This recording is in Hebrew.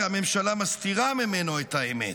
כי הממשלה מסתירה ממנו את האמת.